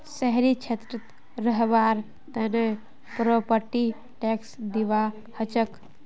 शहरी क्षेत्रत रहबार तने प्रॉपर्टी टैक्स दिबा हछेक